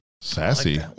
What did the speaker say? Sassy